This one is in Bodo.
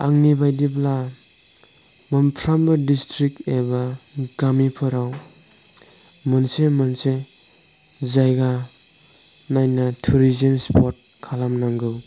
आंनि बायदिब्ला मोनफ्रोमबो डिस्ट्रिक्ट एबा गामिफोराव मोनसे मोनसे जायगा नायना टुरिजोम स्प'ट खालाम नांगौ